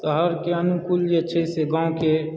शहरके अनुकूल जे छै से गाँवके